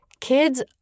kids